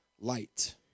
light